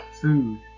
food